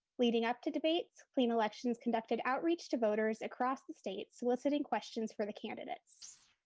leading up to debates, clean elections conducted outreach to voters across the state, soliciting questions for the candidates.